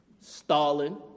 Stalin